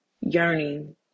yearning